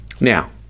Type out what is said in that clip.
now